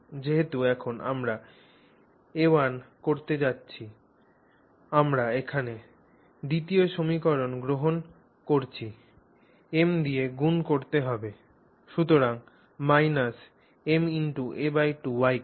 যেহেতু এখন আমরা a1 করতে যাচ্ছি আমরা এখানে দ্বিতীয় সমীকরণ গ্রহণ করছি m দিয়ে গুন করতে হবে সুতরাং ma2